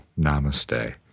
Namaste